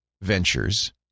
ventures